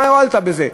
מה הועלת בזה?